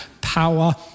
power